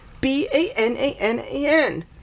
B-A-N-A-N-A-N